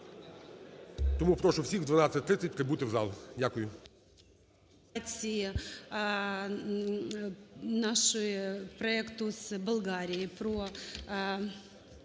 Тому прошу всіх о 12:30 прибути в зал. Дякую.